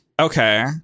Okay